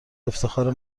افتخار